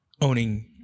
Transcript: owning